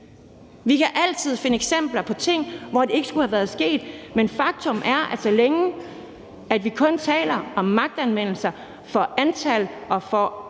Vi kan altid finde eksempler på ting, hvor det ikke skulle være sket, men faktum er, at så længe vi kun taler om magtanvendelse i forhold til